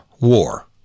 war